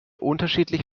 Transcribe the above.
unterschiedlich